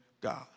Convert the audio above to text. God